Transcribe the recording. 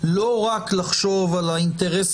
רק מה שרציתי לומר,